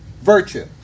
virtue